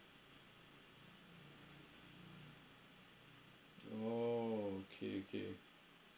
oh okay okay